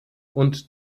und